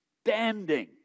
standing